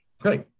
Great